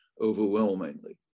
overwhelmingly